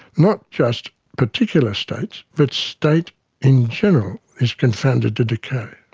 not just particular states but state in general is confounded to decay,